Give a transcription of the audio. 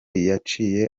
yaciye